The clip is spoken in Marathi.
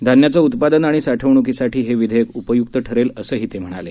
धान्याचं उत्पादन आणि साठवणुकीसाठी हे विधेयक उपयुक्त ठरेल असंही ते म्हणाले